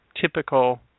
typical